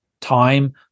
time